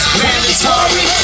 mandatory